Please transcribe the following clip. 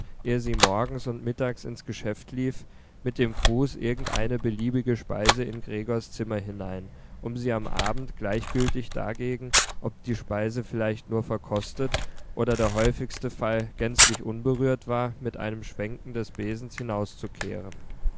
ehe sie morgens und mittags ins geschäft lief mit dem fuß irgendeine beliebige speise in gregors zimmer hinein um sie am abend gleichgültig dagegen ob die speise vielleicht nur verkostet oder der häufigste fall gänzlich unberührt war mit einem schwenken des besens hinauszukehren